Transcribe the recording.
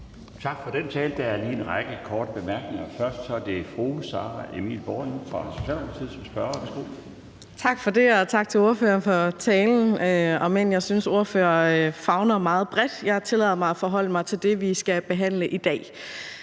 Tak for den tale. Der er lige en række korte bemærkninger. Først er det fru Sara Emil Baaring fra Socialdemokratiet som spørger. Værsgo. Kl. 12:08 Sara Emil Baaring (S): Tak for det, og tak til ordføreren for talen, om end jeg synes, ordføreren favner meget bredt. Jeg tillader mig at forholde mig til det, vi skal behandle i dag.